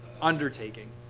undertaking